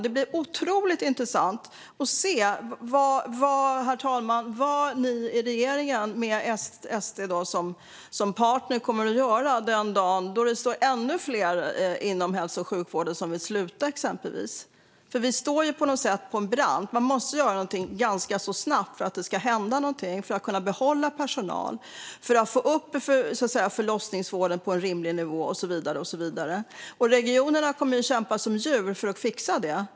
Det blir otroligt intressant, herr talman, att se vad regeringen, med SD som partner, kommer att göra den dag då ännu fler inom hälso och sjukvården vill sluta. För vi står på något sätt vid en brant. Man måste göra någonting ganska snabbt för att det ska hända någonting för att kunna behålla personal och för att få upp förlossningsvården på en rimlig nivå och så vidare. Regionerna kommer att kämpa som djur för att fixa det.